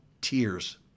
tears